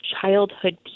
childhood